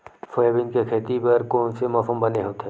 Soybean के खेती बर कोन से मौसम बने होथे?